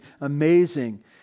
amazing